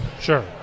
sure